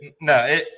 no